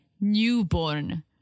newborn